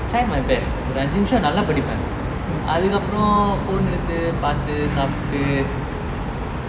try my best ஒரு அஞ்சி நிமிஷம் நல்லா படிப்பேன் அதுக்கப்ரோம் போட்ரது பாத்து சாப்டு:oru anji nimisham nalla padippen athukaprom podrathu paathu saaptu